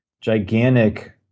gigantic